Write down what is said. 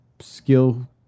skill